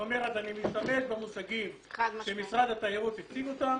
אני משתמש במושגים שמשרד התיירות הציג,